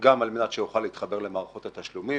גם על מנת שיוכל להתחבר למערכות התשלומים,